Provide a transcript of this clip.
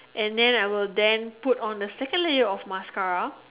and then I will then put on the second layer of mascara